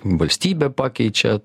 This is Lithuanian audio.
valstybę pakeičia